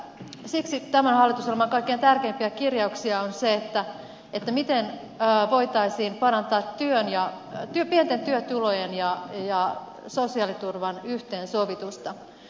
siksi tämän hallitusohjelman kaikkein tärkeimpiä kirjauksia on se miten voitaisiin parantaa työn ja otti miehet ja pienten työtulojen ja sosiaaliturvan yhteensovitusta